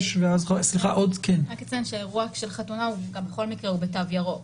רק לציין שאירוע של חתונה הוא בכל מקרה בתו ירוק.